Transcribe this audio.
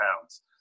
pounds